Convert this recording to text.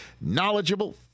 knowledgeable